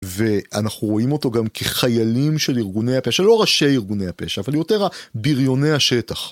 ואנחנו רואים אותו גם כחיילים של ארגוני הפשע, לא ראשי ארגוני הפשע, אבל יותר בריוני השטח.